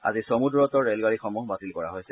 আজি চমু দূৰত্বৰ ৰেলগাডীসমূহ বাতিল কৰা হৈছে